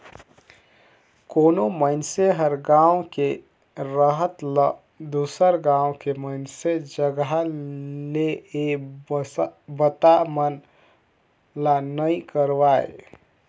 कोनो मइनसे हर गांव के रहत ल दुसर गांव के मइनसे जघा ले ये बता मन ला नइ करवाय